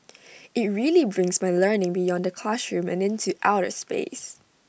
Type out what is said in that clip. IT really brings my learning beyond the classroom and into outer space